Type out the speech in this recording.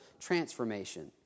transformation